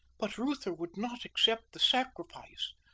but reuther would not accept the sacrifice.